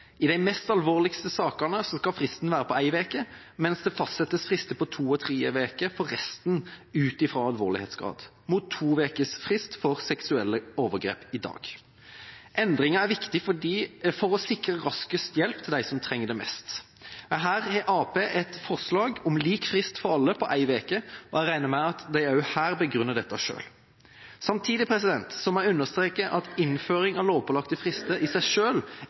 I de mest alvorlige sakene skal fristen være på en uke, mens det fastsettes frister på to og tre uker for resten, ut fra alvorlighetsgrad, mot to ukers frist for seksuelle overgrep i dag. Endringa er viktig for å sikre raskest hjelp til dem som trenger det mest. Her har Arbeiderpartiet et forslag om lik frist for alle på en uke, og jeg regner med de også her begrunner dette selv. Samtidig må jeg understreke at innføring av lovpålagte frister i seg